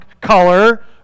color